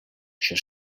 això